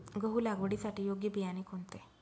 गहू लागवडीसाठी योग्य बियाणे कोणते?